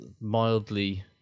mildly